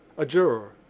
a juror.